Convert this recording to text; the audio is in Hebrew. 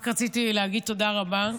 רק רציתי להגיד תודה רבה.